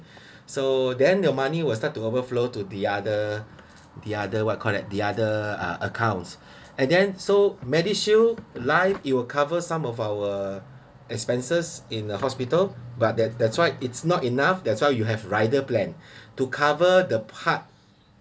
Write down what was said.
so then your money will start to overflow to the other the other what call that the other uh accounts and then so medishield life it'll cover some of our expenses in a hospital but that that's why it's not enough that's why you have rider plan to cover the part